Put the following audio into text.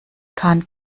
kann